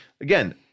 again